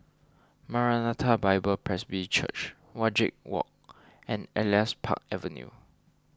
Maranatha Bible Presby Church Wajek Walk and Elias Park Avenue